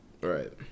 Right